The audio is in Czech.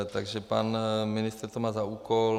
Takže pan ministr to má za úkol.